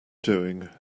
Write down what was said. doing